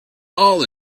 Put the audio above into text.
all